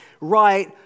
right